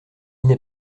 n’est